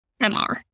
MR